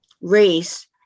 race